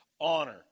honor